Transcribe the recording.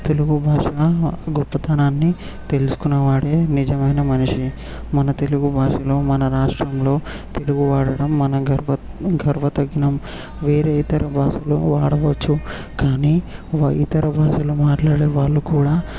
తెలుగు భాష గొప్పతనాన్ని తెలుసుకున్నవాడే నిజమైన మనిషి మన తెలుగు భాషలో మన రాష్ట్రంలో తెలుగు వాడటం మన గర్వ గర్వ తగినం వేరే ఇతర భాషలు వాడవచ్చు కానీ ఇతర భాషలు మాట్లాడే వాళ్ళు కూడా